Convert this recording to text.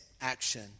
action